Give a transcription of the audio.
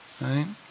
right